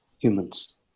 humans